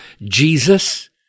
Jesus